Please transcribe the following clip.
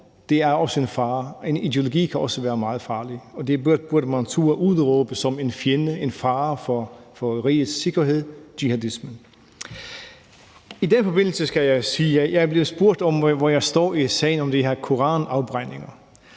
Det er også en fare; en ideologi kan også være meget farlig, og man burde turde udråbe jihadismen som en fjende og som en fare for rigets sikkerhed. I den forbindelse skal jeg sige, at jeg er blevet spurgt om, hvor jeg står i sagen om de her koranafbrændinger.